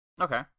Okay